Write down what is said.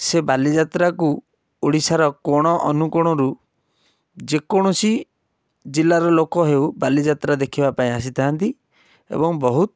ସେ ବାଲିଯାତ୍ରାକୁ ଓଡ଼ିଶାର କୋଣ ଅନୁକୋଣରୁ ଯେକୌଣସି ଜିଲ୍ଲାର ଲୋକ ହେଉ ବାଲିଯାତ୍ରା ଦେଖିବା ପାଇଁ ଆସି ଥାଆନ୍ତି ଏବଂ ବହୁତ